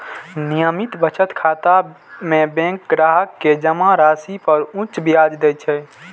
नियमित बचत खाता मे बैंक ग्राहक कें जमा राशि पर उच्च ब्याज दै छै